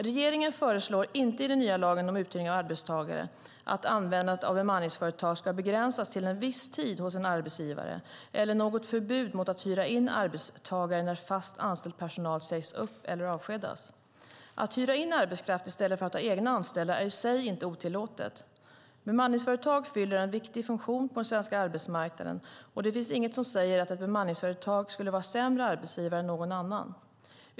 Regeringen föreslår inte i den nya lagen om uthyrning av arbetstagare att användandet av bemanningsföretag ska begränsas till en viss tid hos en arbetsgivare eller något förbud mot att hyra in arbetstagare när fast anställd personal sägs upp eller avskedas. Att hyra in arbetskraft i stället för att ha egna anställda är i sig inte otillåtet. Bemanningsföretag fyller en viktig funktion på den svenska arbetsmarknaden, och det finns inget som säger att ett bemanningsföretag skulle vara en sämre arbetsgivare än någon annan.